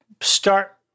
start